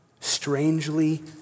strangely